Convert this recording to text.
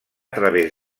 través